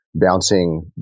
Bouncing